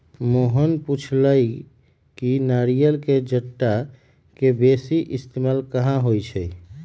मोहन पुछलई कि नारियल के जट्टा के बेसी इस्तेमाल कहा होई छई